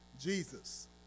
Jesus